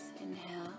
inhale